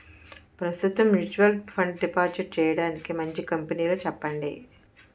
ప్రస్తుతం mutual fund deposit చేయడానికి మంచి కంపెనీలు చెప్పండి